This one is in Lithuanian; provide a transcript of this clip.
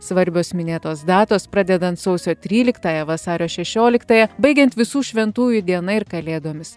svarbios minėtos datos pradedant sausio tryliktąja vasario šešioliktąja baigiant visų šventųjų diena ir kalėdomis